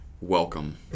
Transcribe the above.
Welcome